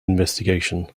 investigation